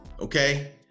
Okay